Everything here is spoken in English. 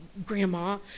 grandma